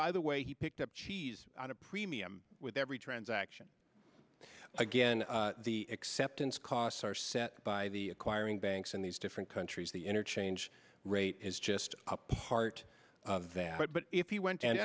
by the way he picked up cheese on a premium with every transaction again the acceptance costs are set by the acquiring banks in these different countries the interchange rate is just a part of that but if you went and